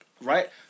right